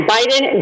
Biden